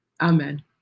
Amen